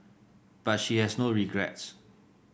but she has no regrets